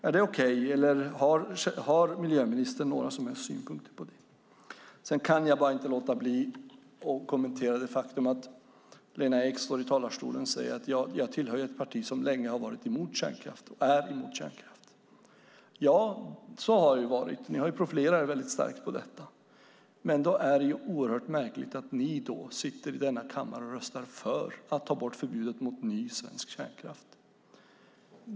Är det okej, eller har miljöministern några som helst synpunkter på det? Sedan kan jag bara inte låta bli att kommentera det faktum att Lena Ek står i talarstolen och säger: Jag tillhör ett parti som länge har varit emot kärnkraft och är emot kärnkraft! Ja, så har det varit. Ni har profilerat er starkt med detta. Men då är det oerhört märkligt att ni sitter i denna kammare och röstar för att ta bort förbudet mot ny svensk kärnkraft.